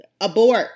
abort